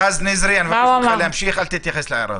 רז, אני מבקש שתמשיך ולא תתייחס להערה.